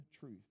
truth